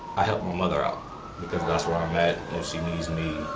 i help my mother out because that's where i'm at. when she needs me,